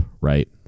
right